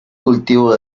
cultivo